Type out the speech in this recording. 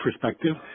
perspective